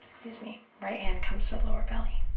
excuse me, right hand comes to the lower belly.